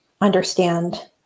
understand